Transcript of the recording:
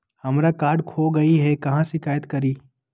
हमरा कार्ड खो गई है, कहाँ शिकायत करी?